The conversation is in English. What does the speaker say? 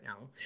now